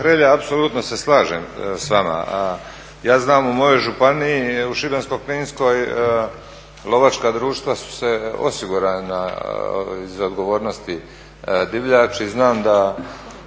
Hrelja, apsolutno se slažem sa vama. A ja znam u mojoj županiji u Šibensko-kninskoj lovačka društva su osigurana iz odgovornosti divljači. Znam da